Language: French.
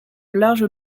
larges